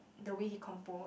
they way he composed